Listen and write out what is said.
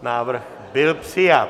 Návrh byl přijat.